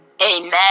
Amen